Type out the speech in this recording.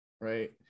right